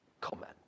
comment